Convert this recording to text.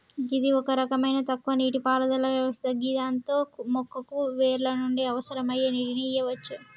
గిది ఒక రకమైన తక్కువ నీటిపారుదల వ్యవస్థ గిదాంతో మొక్కకు వేర్ల నుండి అవసరమయ్యే నీటిని ఇయ్యవచ్చు